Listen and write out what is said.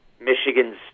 Michigan's